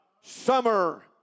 summer